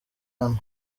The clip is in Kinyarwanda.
hano